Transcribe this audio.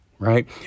Right